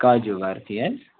کاجو برفی حظ